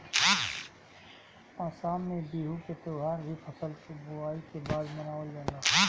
आसाम में बिहू के त्यौहार भी फसल के बोआई के बाद मनावल जाला